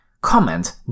Comment